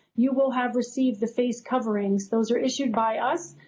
you will have received the face coverings. those are issues by us.